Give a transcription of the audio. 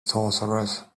sorcerers